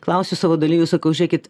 klausiu savo dalyvių sakau žiūrėkit